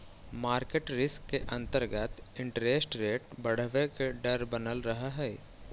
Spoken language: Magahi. मार्केट रिस्क के अंतर्गत इंटरेस्ट रेट बढ़वे के डर बनल रहऽ हई